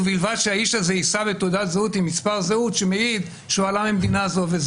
ובלבד שהאיש הזה יישא בתעודת זהות עם מספר זהות שהוא עלה ממדינה זו וזו.